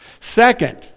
Second